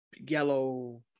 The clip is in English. yellow